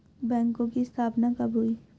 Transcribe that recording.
बैंकों की स्थापना कब हुई?